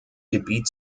gebiet